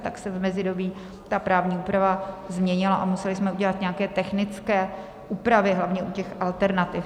Tak se v mezidobí právní úprava změnila a museli jsme udělat nějaké technické úpravy, hlavně u těch alternativ.